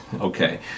Okay